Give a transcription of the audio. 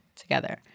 together